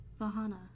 Vahana